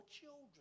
children